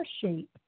shape